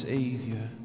Savior